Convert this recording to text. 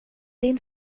din